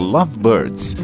Lovebirds